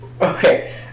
Okay